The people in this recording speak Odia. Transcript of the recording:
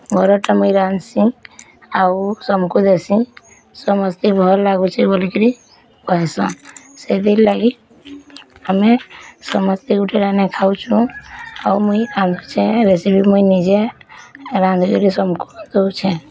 ବରାଟା ମୁଁ ଜାନ୍ସି ଆଉ ସବୁକୁ ଦେସି ସମସ୍ତେ ଭଲ୍ ଲାଗୁଛି ବୋଲି କିରି କହି ସନ୍ ସେଥି ଲାଗି ଆମେ ସମସ୍ତେ ଗୋଟେ ଗୋଟେ ଲେଖାଁ ଖାଉଛୁଁ ଆଉ ମୁଇଁ ଖାଉଚେ ରେସିପି ମୁଁ ନିଜେ ରାନ୍ଧି କିରି ସମସ୍ତଙ୍କୁ ଦଉଚେ